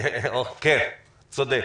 כן, צודק.